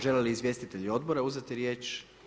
Žele li izvjestitelji odbora uzeti riječ?